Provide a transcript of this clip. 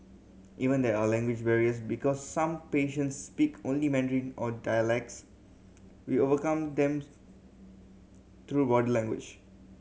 even there are language barriers because some patients speak only Mandarin or dialects we overcome them through body language